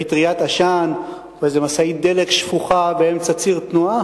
איזו פטריית עשן או איזו משאית דלק שפוכה באמצע ציר תנועה,